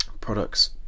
products